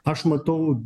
aš matau